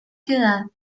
ciudad